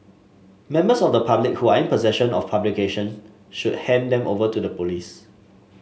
members of the public who are in possession of publication should hand them over to the police